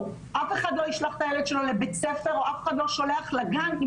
אף אחד לא ישלח את הילד שלו לבית ספר או אף אחד לא שולח לגן אם